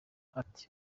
ati